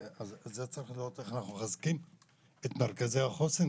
צריך לראות איך אנחנו מחזקים את מרכזי החוסן.